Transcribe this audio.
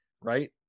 right